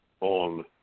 on